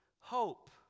hope